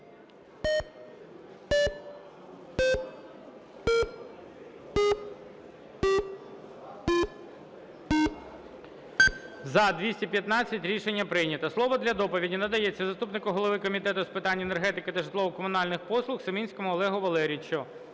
За-215 Рішення прийнято. Слово для доповіді надається заступнику голови Комітету з питань енергетики та житлово-комунальних послуг Семінському Олегу Валерійовичу.